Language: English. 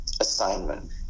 assignment